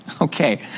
Okay